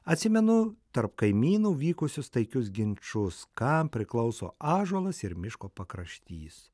atsimenu tarp kaimynų vykusius taikius ginčus kam priklauso ąžuolas ir miško pakraštys